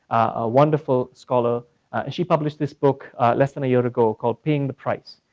a wonderful scholar and she published this book less than a year ago called paying the price.